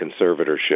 conservatorship